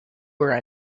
were